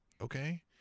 okay